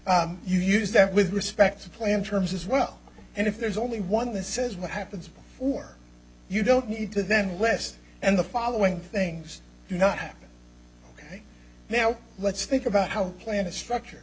thank you use that with respect to plan terms as well and if there's only one that says what happens or you don't need to then west and the following things do not happen ok now let's think about how plan a structure